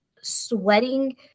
sweating